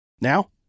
Now